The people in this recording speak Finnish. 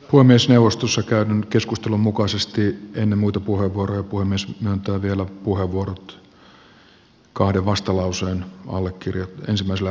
puhemiesneuvostossa käydyn keskustelun mukaisesti ennen muita puheenvuoroja puhemies myöntää vielä puheenvuorot kahden vastalauseen ensimmäisille allekirjoittajille